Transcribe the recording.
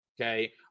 okay